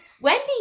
Wendy